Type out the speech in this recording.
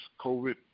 COVID